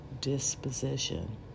disposition